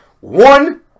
One